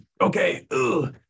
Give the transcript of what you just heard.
okay